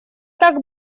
так